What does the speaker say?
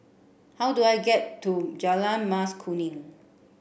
how do I get to Jalan Mas Kuning